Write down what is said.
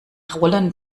rollen